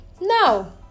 Now